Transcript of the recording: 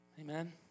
Amen